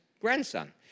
grandson